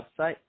website